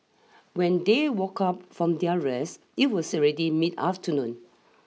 when they woke up from their rest it was already mid afternoon